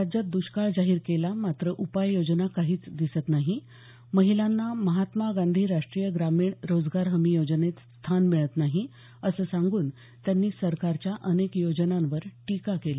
राज्यात दुष्काळ जाहीर केला मात्र उपाययोजना काहीच दिसत नाही महिलांना महात्मा गांधी राष्ट्रीय ग्रामीण रोजगार हमी योजनेत स्थान मिळत नाही असं सांगून त्यांनी सरकारच्या अनेक योजनांवर टीका केली